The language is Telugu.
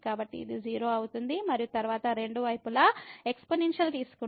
కాబట్టి ఇది 0 అవుతుంది మరియు తరువాత రెండు వైపులా ఎక్స్పోనెన్షియల్ తీసుకుంటుంది